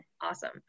Awesome